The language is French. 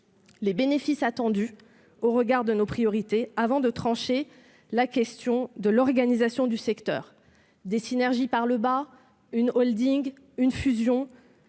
les bénéfices attendus au regard de nos priorités, avant de trancher la question de l'organisation du secteur. Des synergies par le bas, une, une fusion